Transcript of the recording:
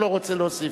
לא רוצה להוסיף.